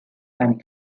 and